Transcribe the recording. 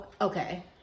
Okay